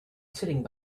sitting